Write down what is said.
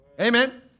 Amen